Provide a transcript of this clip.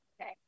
Okay